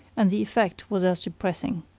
and the effect was as depressing.